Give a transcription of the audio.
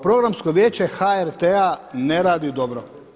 Programsko vijeće HRT-a ne radi dobro.